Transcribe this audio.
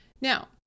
now